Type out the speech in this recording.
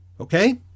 Okay